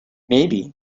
maybe